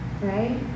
right